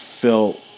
felt